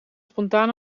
spontaan